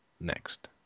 next